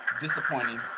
disappointing